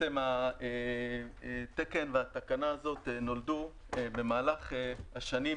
התקן והתקנה הזאת נולדו במהלך השנים.